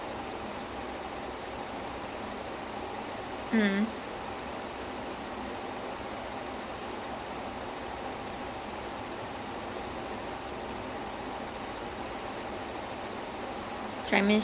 I'm gonna prevent I'm I'm gonna arrest you that's basically what he wants to do arrest him strip him of all his money so அந்த:antha fight between him and the lawmaker that's the whole plot of it